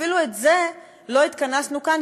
אפילו לזה לא התכנסנו כאן,